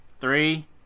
Three